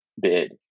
bid